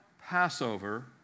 Passover